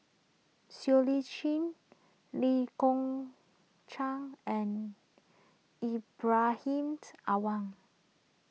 Siow Lee Chin Lee Kong Chian and Ibrahim Awang